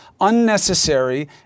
unnecessary